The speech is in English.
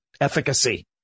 efficacy